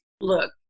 look